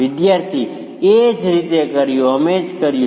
વિદ્યાર્થી એ જ રીતે અમે શું કર્યું